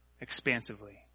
expansively